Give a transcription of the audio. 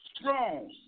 strong